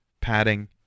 padding